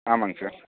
ஆமாம்ங்க சார்